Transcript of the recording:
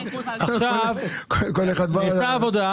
כל המטרה היא שבקצה הדרך הלקוח,